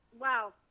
wow